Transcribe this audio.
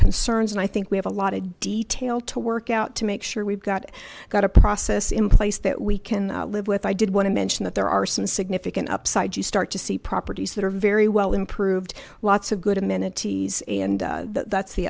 concerns and i think we have a lot of detail to work out to make sure we've got got a process in place that we can live with i did want to mention that there are some significant upside you start to see properties that are very well improved lots of good amenities and that's the